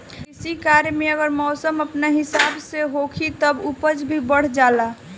कृषि कार्य में अगर मौसम अपना हिसाब से होखी तब उपज भी बढ़ जाला